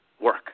work